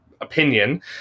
opinion